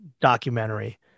documentary